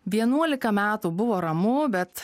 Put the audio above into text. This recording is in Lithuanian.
vienuolika metų buvo ramu bet